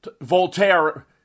Voltaire